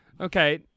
Okay